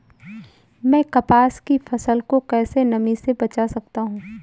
मैं कपास की फसल को कैसे नमी से बचा सकता हूँ?